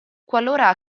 qualora